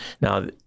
Now